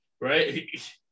Right